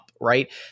right